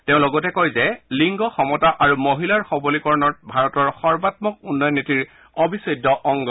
তেওঁ লগতে কয় যে লিংগ সমতা আৰু মহিলাৰ সবলীকৰণ ভাৰতৰ সৰ্বাত্মক উন্নয়ন নীতিৰ অবিচ্ছেদ্য অংগ